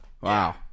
Wow